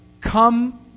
come